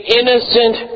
innocent